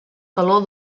calor